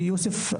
ויוסף,